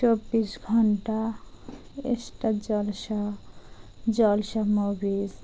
চব্বিশ ঘন্টা star Jalsha Jalsha movies